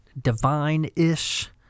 divine-ish